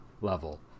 level